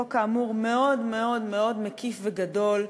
חוק כאמור מאוד מאוד מאוד מקיף וגדול,